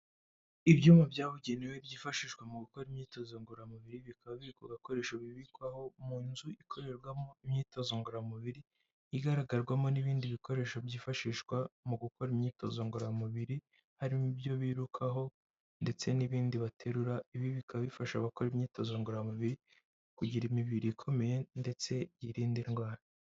Ibyuma byabugenewe byifashishwa mu gukora imyitozo ngororamubiri, bikaba biri ku gakoresho bibikwaho, mu nzu ikorerwamo imyitozo ngororamubiri igaragarwamo n'ibindi bikoresho byifashishwa mu gukora imyitozo ngororamubiri, harimo ibyo birukaho ndetse n'ibindi baterura, ibi bikaba bifasha abakora imyitozo ngororamubiri, kugira imibiri ikomeye ndetse yirinda indwara.